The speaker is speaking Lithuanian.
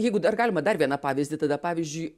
jeigu dar galima dar vieną pavyzdį tada pavyzdžiui